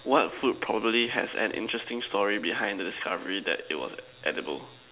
what food probably has an interesting story behind the discovery that it was edible